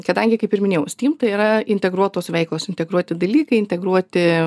kadangi kaip ir minėjau steam tai yra integruotos veiklos integruoti dalykai integruoti